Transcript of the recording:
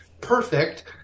perfect